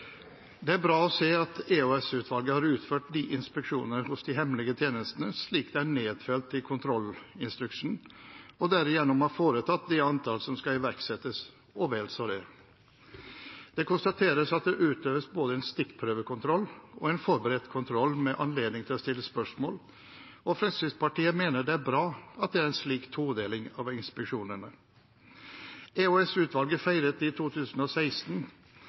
bra å se at EOS-utvalget har utført inspeksjoner hos de hemmelige tjenestene slik det er nedfelt i kontrollinstruksen, og derigjennom har foretatt det antall inspeksjoner som skal iverksettes – og vel så det. Det konstateres at det utøves både en stikkprøvekontroll og en forberedt kontroll med anledning til å stille spørsmål. Fremskrittspartiet mener det er bra at det er en slik todeling av inspeksjonene. EOS-utvalget feiret i 2016